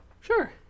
Sure